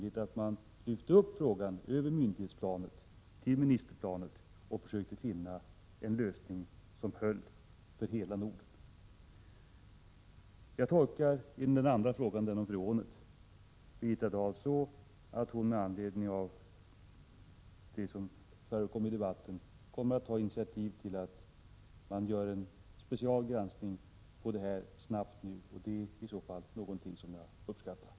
Därför vore det rimligt att lyfta upp frågan över myndighetsplanet till ministernivå och försöka finna en lösning som gäller för hela Norden. I den andra frågan, den om freon, tolkar jag Birgitta Dahl så att hon med anledning av det som förekommit i debatten snabbt kommer att ta initiativ till en speciell granskning. Det är i så fall någonting som jag uppskattar.